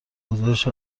گزارش